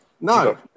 no